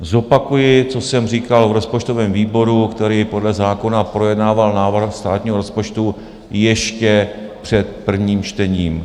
Zopakuji, co jsem říkal v rozpočtovém výboru, který podle zákona projednával návrh státního rozpočtu ještě před prvním čtením.